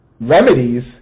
remedies